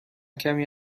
کمی